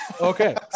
Okay